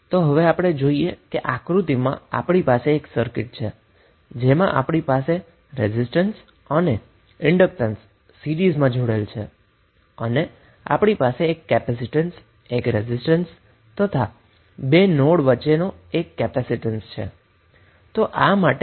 તો હવે આપણે જોઈએ કે આક્રુતિમાં આપણી પાસે એક સર્કિંટ છે જેમાં આપણી પાસે રેઝિસ્ટન્સ અને ઈન્ડક્ટન્સ સીરીઝ માં જોડેલ છે અને આપણી પાસે એક કેપેસિટન્સ એક રેઝિસ્ટન્સ તથા એક કેપેસિટન્સ આ બે નોડ વચ્ચે છે